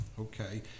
Okay